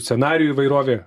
scenarijų įvairovė